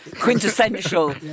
quintessential